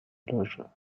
loges